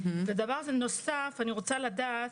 בנוסף אני רוצה לדעת,